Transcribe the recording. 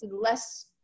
less